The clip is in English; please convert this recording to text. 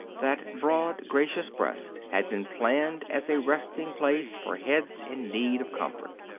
that broad, gracious breast had been planned as a resting-place for heads in need of comfort.